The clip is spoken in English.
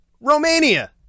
Romania